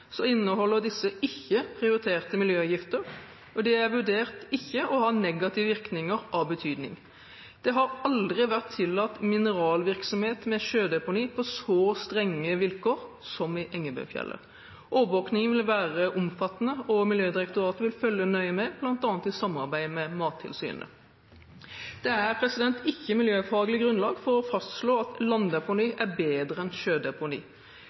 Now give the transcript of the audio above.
inneholder disse ikke prioriterte miljøgifter, og de er vurdert ikke å ha negative virkninger av betydning. Det har aldri vært tillatt mineralvirksomhet med sjødeponi på så strenge vilkår som i Engebøfjellet. Overvåkningen vil være omfattende, og Miljødirektoratet vil følge nøye med bl.a. i samarbeid med Mattilsynet. Det er ikke miljøfaglig grunnlag for å fastslå at landdeponi er bedre enn sjødeponi.